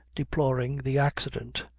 deploring the accident.